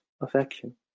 affection